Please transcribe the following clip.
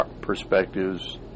perspectives